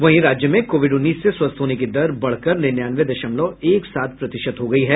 वहीं राज्य में कोविड उन्नीस से स्वस्थ होने की दर बढ़कर निन्यानवे दशमलव एक सात प्रतिशत हो गई है